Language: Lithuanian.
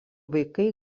vaikai